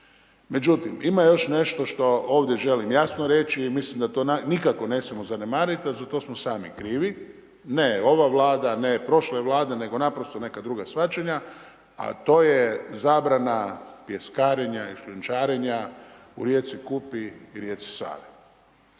Međutim, ima još nešto što ovdje želim jasno reći i mislim da to nikako ne smijemo zanemariti, a za to smo sami krivi, ne ova vlada, ne prošle vlade, nego nego naprosto neka druga shvaćanja, a to je zabrana pjeskarenja ili šljunčarenja u rijeci Kupi i rijeci Savi.